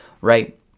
right